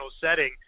setting